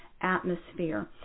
atmosphere